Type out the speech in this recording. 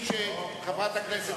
מאה אחוז.